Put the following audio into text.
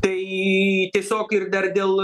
tai tiesiog ir dar dėl